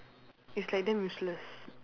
it's like damn useless